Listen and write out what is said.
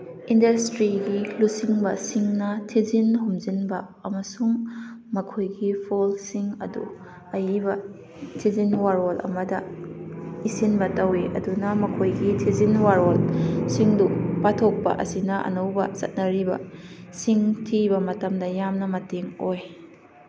ꯏꯟꯗꯁꯇ꯭ꯔꯤꯒꯤ ꯂꯨꯆꯤꯡꯕꯁꯤꯡꯅ ꯊꯤꯖꯤꯟ ꯍꯨꯟꯖꯤꯟꯕ ꯑꯃꯁꯨꯡ ꯃꯈꯣꯏꯒꯤ ꯐꯣꯜꯁꯤꯡ ꯑꯗꯨ ꯑꯏꯕ ꯊꯤꯖꯤꯟ ꯋꯥꯔꯣꯜ ꯑꯃꯗ ꯏꯁꯤꯟꯕ ꯇꯧꯏ ꯑꯗꯨꯅ ꯃꯈꯣꯏꯒꯤ ꯊꯤꯖꯤꯟ ꯋꯥꯔꯣꯜꯁꯤꯡꯗꯨ ꯄꯥꯊꯣꯛꯄ ꯑꯁꯤꯅ ꯑꯅꯧꯕ ꯆꯠꯅꯔꯤꯕꯁꯤꯡ ꯊꯤꯕ ꯃꯇꯝꯗ ꯌꯥꯝꯅ ꯃꯇꯦꯡ ꯑꯣꯏ